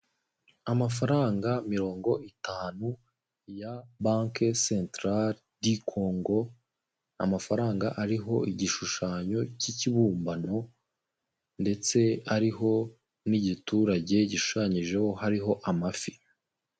Amafaranga mirongo itanu ya banke sentarare di kongo, amafaranga ariho igishushanyo cy'ikibumbano, ndetse ariho n'igiturage gishushanyijeho hariho amafi.